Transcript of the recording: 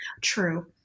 true